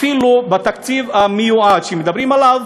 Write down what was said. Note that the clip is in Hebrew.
אפילו בתקציב המיועד, שמדברים עליו,